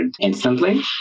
instantly